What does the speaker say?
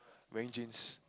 wearing jeans